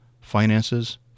finances